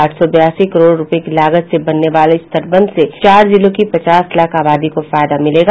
आठ सौ बयासी करोड़ रूपये लागत से बनने वाले इस तटबंध से चार जिलों की पचास लाख आबादी को फायदा मिलेगा